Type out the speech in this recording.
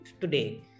today